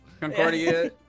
Concordia